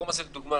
למשל,